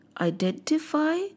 identify